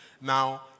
Now